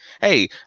Hey